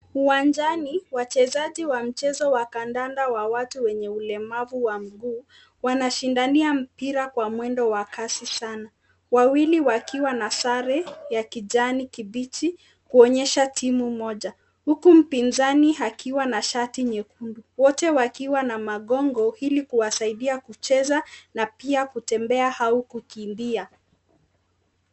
Uwanjani, wachezaji wa mchezo wa kandanda wa watu wenye ulemavu wa mguu wanashindania mpira kwa mwendo wa kasi sanaa. Wawili wakiwa na sare ya kijani kibichi kuonyesha timu moja. Huku mpinzani akiwa na shati nyekundu. Wote wakiwa magongo ili kuwasaidia kucheza na kutembea au kukimbia.